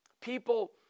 people